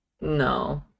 no